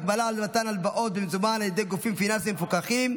(הגבלה על מתן הלוואות במזומן על ידי גופים פיננסיים מפוקחים),